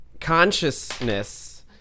consciousness